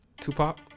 Tupac